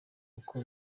uko